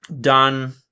done